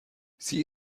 sie